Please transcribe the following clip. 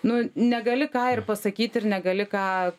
nu negali ką ir pasakyt ir negali ką